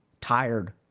Tired